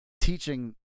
teaching